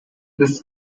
this